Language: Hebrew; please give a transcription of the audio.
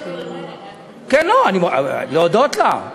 כן, לא, להודות לה.